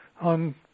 on